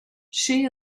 she